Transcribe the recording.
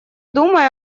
думая